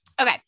Okay